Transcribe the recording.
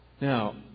Now